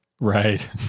Right